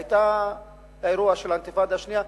היה האירוע של האינתיפאדה השנייה,